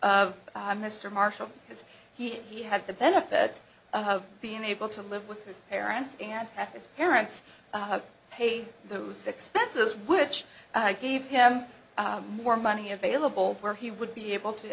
i'm mr marshall because he had the benefits of being able to live with his parents and his parents pay those expenses which i gave him more money available where he would be able to